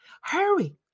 Hurry